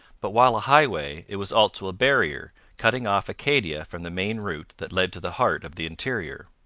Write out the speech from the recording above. but while a highway it was also a barrier, cutting off acadia from the main route that led to the heart of the interior.